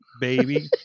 baby